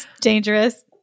Dangerous